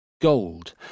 gold